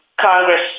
Congress